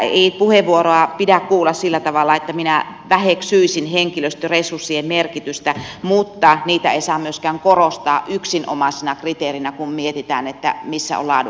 tätä puheenvuoroa ei pidä kuulla sillä tavalla että minä väheksyisin henkilöstöresurssien merkitystä mutta niitä ei saa myöskään korostaa yksinomaisena kriteerinä kun mietitään missä on laadukasta työtä